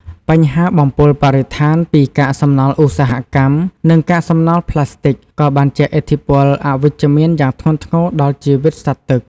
បញ្ហាបំពុលបរិស្ថានពីកាកសំណល់ឧស្សាហកម្ម និងកាកសំណល់ប្លាស្ទិកក៏បានជះឥទ្ធិពលអវិជ្ជមានយ៉ាងធ្ងន់ធ្ងរដល់ជីវិតសត្វទឹក។